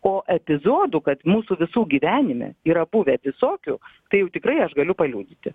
o epizodų kad mūsų visų gyvenime yra buvę visokių tai jau tikrai aš galiu paliudyti